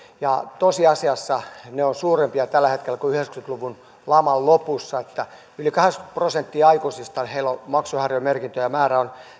tosiasiassa ne ovat suurempia tällä hetkellä kuin yhdeksänkymmentä luvun laman lopussa yli kahdeksallakymmenellä prosentilla aikuisista on maksuhäiriömerkintöjä ja määrä on